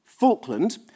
Falkland